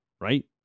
right